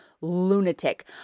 lunatic